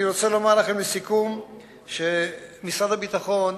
אני רוצה לומר לכם לסיכום שמשרד הביטחון,